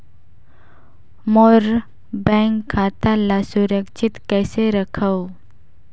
मोर bank खाता ला सुरक्षित कइसे रखव?